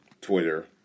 Twitter